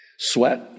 Sweat